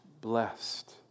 Blessed